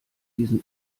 diesen